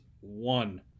one